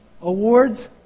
Awards